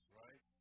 right